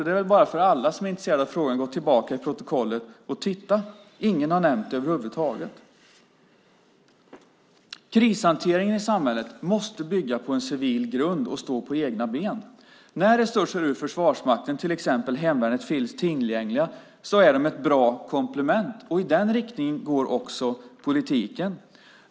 Det är bara för alla som är intresserade av frågan att titta i protokollet. Ingen har nämnt det över huvud taget. Krishanteringen i samhället måste bygga på en civil grund och stå på egna ben. När resurser ur Försvarsmakten, till exempel hemvärnet, finns tillgängliga är de ett bra komplement. I den riktningen går också politiken.